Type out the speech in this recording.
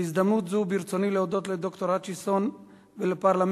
בהזדמנות זו ברצוני להודות לד"ר האצ'יסון ולפרלמנט